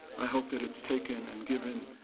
i hope that it's taken and given